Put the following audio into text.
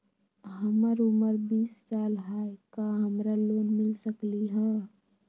हमर उमर बीस साल हाय का हमरा लोन मिल सकली ह?